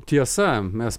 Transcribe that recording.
tiesa mes